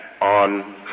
on